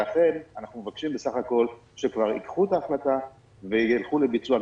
לכן אנחנו מבקשים בסך הכול שכבר יקבלו את ההחלטה וילכו לביצוע.